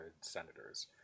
senators